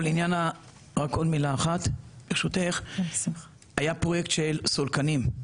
היה פרויקט של סולקנים,